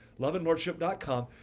loveandlordship.com